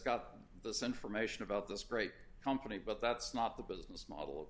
got this information about this great company but that's not the business model